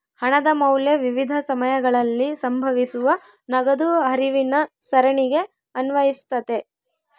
ಹಣದ ಮೌಲ್ಯ ವಿವಿಧ ಸಮಯಗಳಲ್ಲಿ ಸಂಭವಿಸುವ ನಗದು ಹರಿವಿನ ಸರಣಿಗೆ ಅನ್ವಯಿಸ್ತತೆ